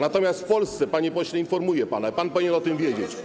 Natomiast dzisiaj w Polsce, panie pośle - informuję pana, pan powinien o tym wiedzieć